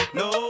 no